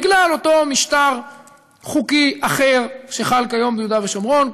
בגלל אותו משטר חוקי אחר שחל כיום ביהודה ושומרון.